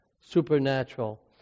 supernatural